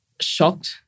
shocked